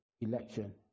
election